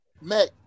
Mac